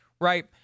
right